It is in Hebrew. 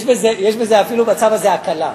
יש אפילו בצו הזה הקלה.